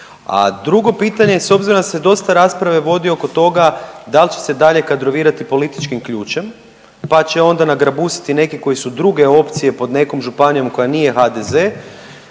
A drugo pitanje s obzirom da se dosta rasprave vodi oko toga da li će se dalje kadrovirati političkim ključem pa će onda nagrabusiti neki koji su druge opcije pod nekom županijom koja nije HDZ.